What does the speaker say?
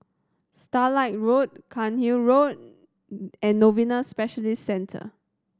Starlight Road Cairnhill Road and Novena Specialist Centre